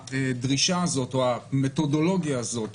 הדרישה הזאת או המתודולוגיה הזאת,